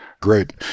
great